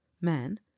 man